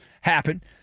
happen